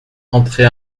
entrez